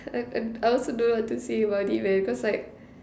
I I I also don't know what to say about it man cause like